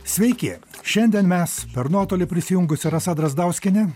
sveiki šiandien mes per nuotolį prisijungusi rasa drazdauskienė